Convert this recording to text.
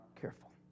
careful